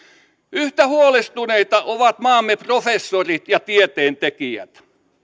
yhtä huolestuneita ovat maamme professorit ja tieteentekijät